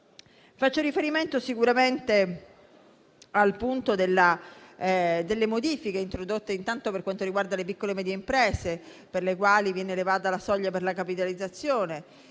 Faccio riferimento sicuramente alle modifiche introdotte per quanto riguarda le piccole e medie imprese, per le quali viene elevata la soglia per la capitalizzazione,